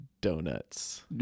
donuts